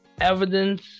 evidence